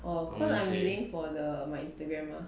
or cause I am reading for the my instagram lah